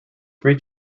three